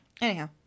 Anyhow